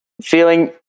feeling